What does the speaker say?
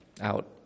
out